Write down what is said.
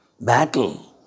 battle